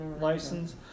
license